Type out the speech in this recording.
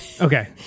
Okay